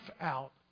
out